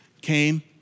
came